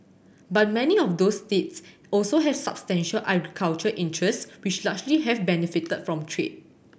but many of those states also have substantial agricultural interests which largely have benefited from trade